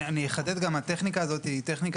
אני גם אחדד: הטכניקה הזו היא טכניקה